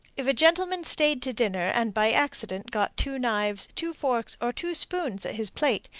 if a gentleman stayed to dinner and by accident got two knives, two forks, or two spoons, at his plate,